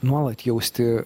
nuolat jausti